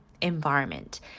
environment